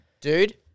Dude